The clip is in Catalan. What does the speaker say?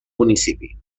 municipi